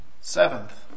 seventh